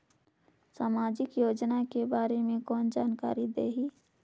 समाजिक योजना के बारे मे कोन जानकारी देही?